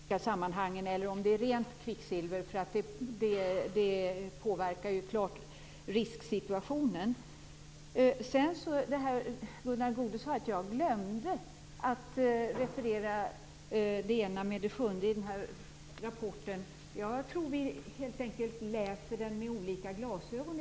Fru talman! Det är viktigt att tala om vilken form av kvicksilver som det handlar om när man redovisar kvicksilvers risker i olika sammanhang. Rör det sig om en kvicksilverförening eller är det rent kvicksilver? Det påverkar ju risksituationen. Gunnar Goude sade att jag glömde att referera det ena med det sjunde i rapporten. Jag tror att vi helt enkelt läser den med olika glasögon.